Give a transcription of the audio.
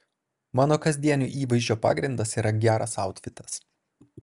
mano kasdienio įvaizdžio pagrindas yra geras autfitas